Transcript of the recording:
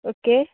okay